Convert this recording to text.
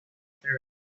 through